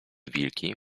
wilki